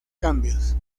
cambios